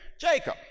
Jacob